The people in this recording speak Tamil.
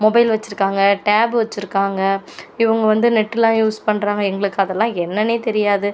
மொபைல் வைச்சிருக்கிறாங்க டேப் வைச்சிருக்காங்க இவங்க வந்து நெட்டுலாம் யூஸ் பண்றாங்க எங்களுக்கு அதெல்லாம் என்னென்னே தெரியாது